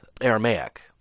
Aramaic